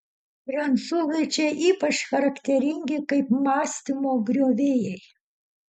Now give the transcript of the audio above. prancūzai čia ypač charakteringi kaip mąstymo griovėjai